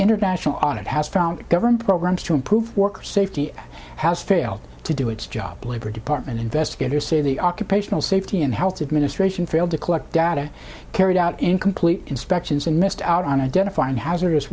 international on it has found government programs to improve worker safety has failed to do its job labor department investigators say the occupational safety and health administration failed to collect data carried out incomplete inspections and missed out on identifying hazardous